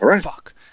fuck